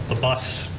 bus